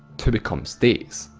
to become states?